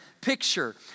picture